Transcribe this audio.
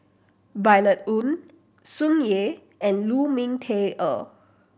Violet Oon Tsung Yeh and Lu Ming Teh Earl